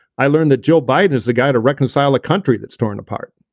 i learned that joe biden is the guy to reconcile a country that's torn apart.